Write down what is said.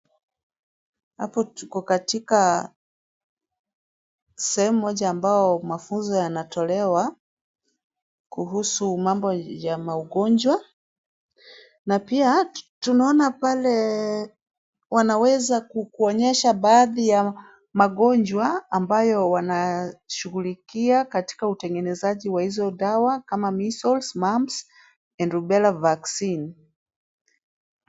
Hapo tuko katika sehemu moja ambayo mafunzo yanatolewa kuhusu mambo ya maugonjwa, na pia tunaona pale, wanaweza kuonyesha baadhi ya magonjwa ambayo wanashughulikia, katika utengenezaji wa izo dawa kama Measles Mumps and Rubella Vaccine.